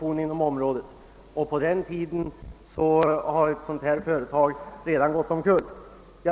Jag anser det därför vara en mycket farlig väg att gå att satsa på en storproduktion av detta slag.